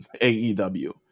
AEW